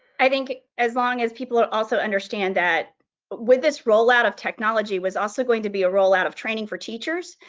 i think as long as people ah also understand that with this roll out of technology was also going to be a roll out of training for teachers,